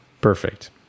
Perfect